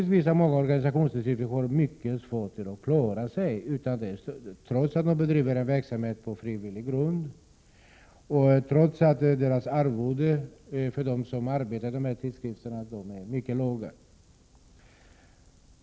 Många organisationstidskrifter har mycket svårt att klara sig utan stödet, trots att de bedriver en verksamhet på frivillig grund och trots att arvodet till dem som arbetar vid dessa tidskrifter är mycket lågt.